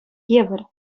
евӗр